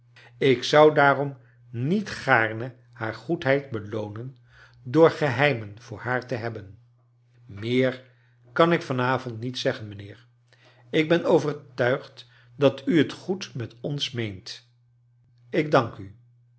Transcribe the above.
ik zou daarom niet gaarne haar goedheid beloonen door geheimen voor haar te hebben meer kan ik van avond niet zeggen mijnheer ik ben overt uigd dat u het goed met ons meent ik dan u